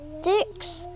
sticks